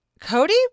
Cody